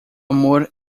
amor